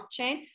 blockchain